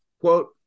quote